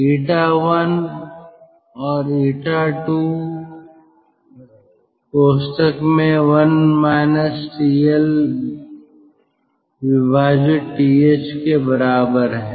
𝜂I 𝜂II 1 TLTH के बराबर है